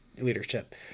leadership